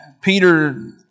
Peter